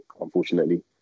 unfortunately